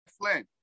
Flynn